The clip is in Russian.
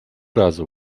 раза